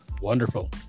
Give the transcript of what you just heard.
Wonderful